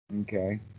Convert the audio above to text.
Okay